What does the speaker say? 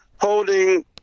holding